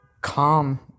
calm